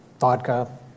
vodka